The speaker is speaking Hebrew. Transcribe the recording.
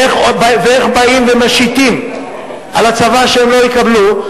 ואיך באים ומשיתים על הצבא שהם לא יקבלו,